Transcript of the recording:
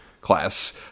class